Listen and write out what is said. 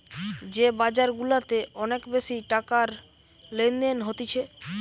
যে বাজার গুলাতে অনেক বেশি টাকার লেনদেন হতিছে